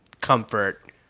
comfort